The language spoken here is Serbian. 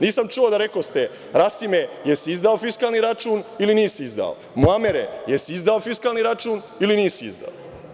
Nisam čuo da rekoste – Rasime, jesi li izdao fiskalni račun ili nisi izdao, Muamere, jesi li izdao fiskalni račun ili nisi izdao?